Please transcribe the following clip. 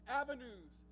avenues